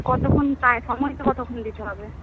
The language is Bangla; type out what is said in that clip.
কতখন প্রায় সময়টা কতখন দিতে হবে